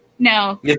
No